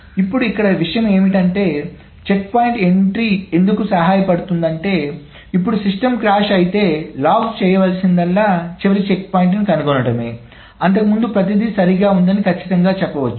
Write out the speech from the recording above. ఇప్పుడు ఇక్కడ విషయం ఏమిటంటే చెక్పాయింట్ ఎంట్రీ ఎందుకు సహాయపడు తుందంటే ఇప్పుడు సిస్టమ్ క్రాష్ అయితే లాగ్ చేయాల్సిందల్లా చివరి చెక్పాయింట్ని కనుగొనడమే అంతకు ముందు ప్రతిదీ సరిగ్గా ఉందని ఖచ్చితంగా చెప్పవచ్చు